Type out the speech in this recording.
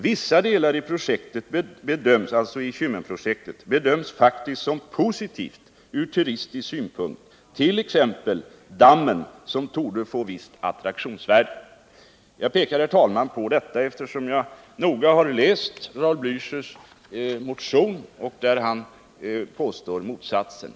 Vissa delar av projektet” alltså i Kymmenprojektet — ”bedöms faktiskt som positivt ur turistisk synpunkt; t.ex. dammen som torde få visst attraktionsvärde.” Jag pekar, herr talman, på detta, eftersom jag noga har läst Raul Blächers motion där han påstår motsatsen.